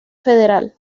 federal